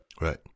Right